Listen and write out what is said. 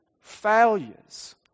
failures